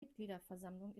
mitgliederversammlung